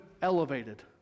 elevated